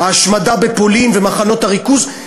ההשמדה בפולין ומחנות הריכוז,